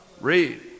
Read